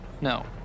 No